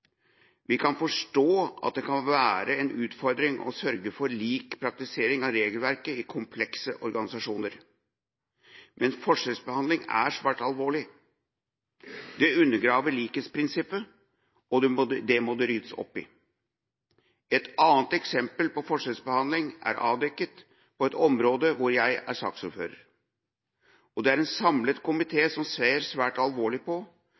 Vi kan forstå at det kan være en utfordring å sørge for lik praktisering av regelverket i komplekse organisasjoner, men forskjellsbehandling er svært alvorlig. Det undergraver likhetsprinsippet, og det må det ryddes opp i. Et annet eksempel på forskjellsbehandling er avdekket på et område hvor jeg er saksordfører, og det er en samlet komité som ser svært alvorlig på